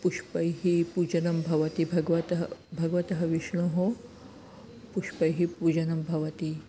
पुष्पैः पूजनं भवति भगवतः भगवतः विष्णोः पुष्पैः पूजनं भवति